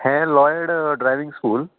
हें Lloyd driving school